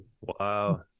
Wow